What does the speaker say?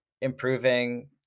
improving